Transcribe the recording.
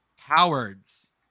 Cowards